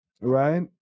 Right